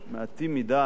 מעטים מדי,